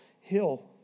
hill